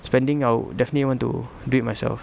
spending I'd definitely want to do it myself